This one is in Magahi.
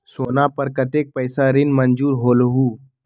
सोना पर कतेक पैसा ऋण मंजूर होलहु?